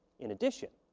in addition,